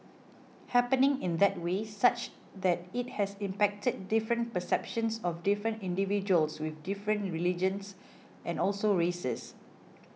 happening in that way such that it has impacted different perceptions of different individuals with different religions and also races